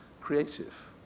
creative